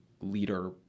leader